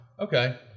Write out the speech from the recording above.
okay